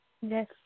Yes